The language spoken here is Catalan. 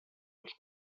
els